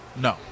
no